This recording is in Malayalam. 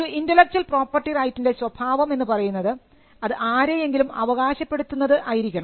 ഒരു ഇന്റെലക്ച്വൽ പ്രോപ്പർട്ടി റൈറ്റിൻറെ സ്വഭാവം എന്നു പറയുന്നത് അത് ആരെയെങ്കിലും അവകാശപ്പെടുത്തുന്നത് ആയിരിക്കണം